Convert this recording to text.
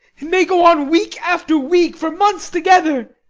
it may go on week after week, for months together.